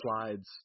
slides